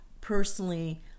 personally